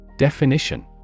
Definition